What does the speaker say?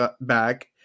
back